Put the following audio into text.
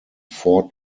four